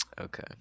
okay